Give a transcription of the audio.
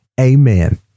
Amen